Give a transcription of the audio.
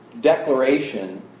declaration